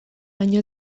baino